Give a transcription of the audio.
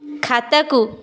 ଖାତାକୁ